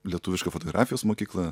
lietuviška fotografijos mokykla